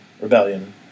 Rebellion